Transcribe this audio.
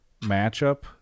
matchup